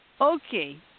Okay